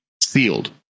sealed